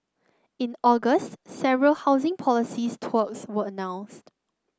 in August several housing policy tweaks were announced